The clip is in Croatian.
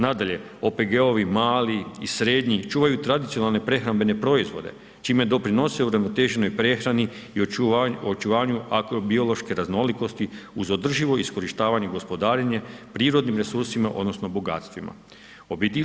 Nadalje, OPG-ovi mali i srednji čuvaju tradicionalne prehrambene proizvode čime doprinose uravnoteženoj prehrani i očuvanju ... biološke raznolikosti uz održivo iskorištavanje i gospodarenje prirodnim resursima odnosno bogatstvima.